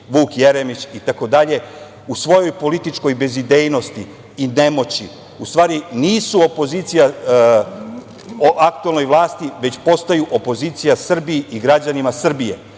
Vuk Jeremić itd, u svojoj političkoj bezidejnosti i nemoći, u stvari nisu opozicija aktuelnoj vlasti, već postaju opozicija Srbiji i građanima Srbije.